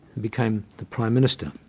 became the prime minister.